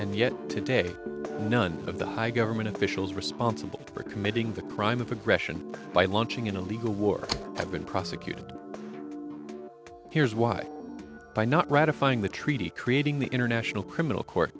and yet today none of the high government officials responsible for committing the crime of aggression by launching an illegal war have been prosecuted here's why by not ratifying the treaty creating the international criminal court